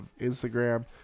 Instagram